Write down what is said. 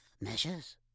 Measures